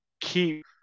Keep